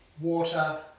water